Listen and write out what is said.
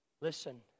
Listen